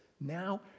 Now